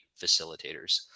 facilitators